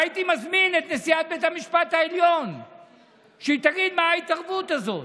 והייתי מזמין את נשיאת בית המשפט העליון שתגיד מה ההתערבות הזאת.